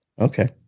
Okay